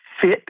fit